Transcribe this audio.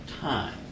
time